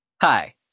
Hi